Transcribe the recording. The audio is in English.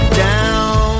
down